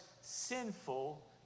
sinful